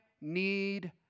need